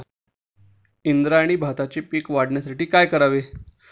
इंद्रायणी भाताचे पीक वाढण्यासाठी काय करावे?